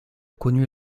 connu